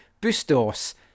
Bustos